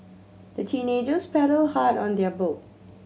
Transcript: the teenagers paddled hard on their boat